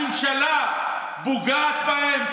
הממשלה פוגעת בהם?